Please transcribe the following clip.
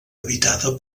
habitada